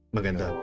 Maganda